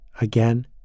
Again